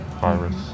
virus